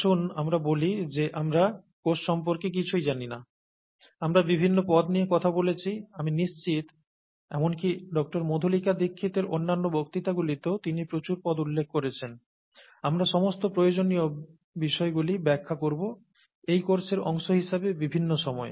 আসুন আমরা বলি যে আমরা কোষ সম্পর্কে কিছুই জানি না আমরা বিভিন্ন পদ নিয়ে কথা বলছি আমি নিশ্চিত এমনকি ডঃ মধুলিকা দীক্ষিতের অন্যান্য বক্তৃতাগুলিতেও তিনি প্রচুর পদ উল্লেখ করেছেন আমরা সমস্ত প্রয়োজনীয় বিষয়গুলি ব্যাখ্যা করব এই কোর্সের অংশ হিসাবে বিভিন্ন সময়ে